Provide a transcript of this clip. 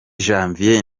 janvier